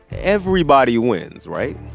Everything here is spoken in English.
everybody wins, right?